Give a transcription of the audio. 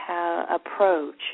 approach